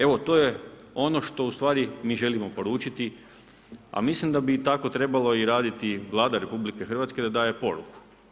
Evo to je ono što ustvari mi želimo poručiti, a mislim da bi i tako trebalo i raditi Vlada RH da daje poruku.